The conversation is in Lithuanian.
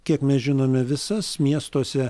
kiek mes žinome visas miestuose